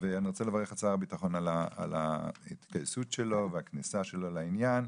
אני רוצה לברך את שר הביטחון על ההתגייסות שלו והכניסה שלו לעיין.